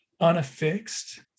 unaffixed